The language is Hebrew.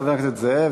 חבר הכנסת זאב,